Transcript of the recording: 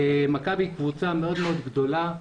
מכבי היא קבוצה מאוד מאוד גדולה.